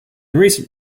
recent